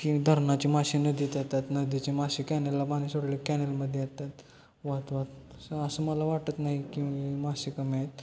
की धरणाची मासे नदीत येतात नदीचे मासे कॅनेलला पाणी सोडले कॅनेलमध्ये येतात वाहत वाहत असं असं मला वाटत नाही की मासे कमी आहेत